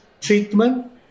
treatment